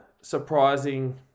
surprising